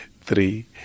three